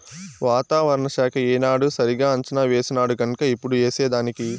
వాతావరణ శాఖ ఏనాడు సరిగా అంచనా వేసినాడుగన్క ఇప్పుడు ఏసేదానికి